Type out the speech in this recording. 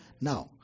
Now